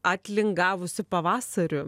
atlingavusiu pavasariu